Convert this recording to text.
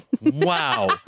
Wow